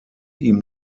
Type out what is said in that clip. ihm